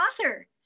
author